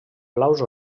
blaus